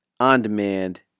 On-demand